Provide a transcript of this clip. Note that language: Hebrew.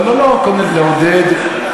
לצמצום הפערים בין הדרום לצפון, זו הכוונה?